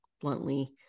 bluntly